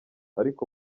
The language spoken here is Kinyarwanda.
ariko